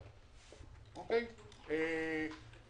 דבר נוסף שנקבע בגישור הוא